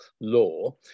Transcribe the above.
law